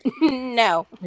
no